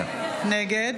נגד